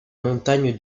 montagne